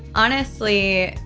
honestly,